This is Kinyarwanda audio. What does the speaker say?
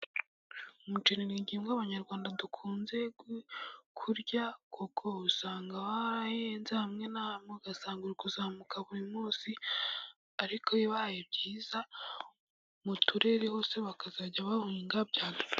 Umuceri ni ingihingwa abanyarwanda dukunze kurya，kuko usanga warahenze， hamwe na hamwe ugasanga uzamuka buri munsi， ariko bibabaye byiza mu turere hose bakazajya bawuhinga， byaba byiza.